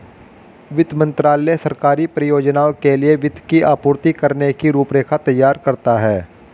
वित्त मंत्रालय सरकारी परियोजनाओं के लिए वित्त की आपूर्ति करने की रूपरेखा तैयार करता है